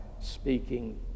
speaking